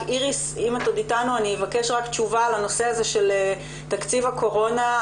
איריס אם את עוד איתנו אני מבקשת תשובה לנושא של תקציב הקורונה,